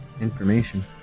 ...information